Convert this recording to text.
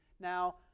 Now